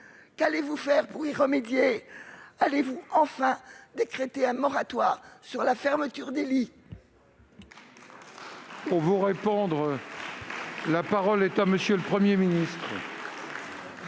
Qu'allez-vous faire pour y remédier ? Allez-vous enfin décréter un moratoire sur les fermetures de lits ?